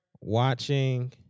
watching